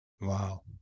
Wow